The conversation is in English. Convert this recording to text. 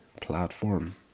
platform